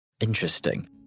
Interesting